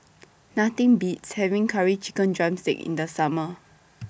Nothing Beats having Curry Chicken Drumstick in The Summer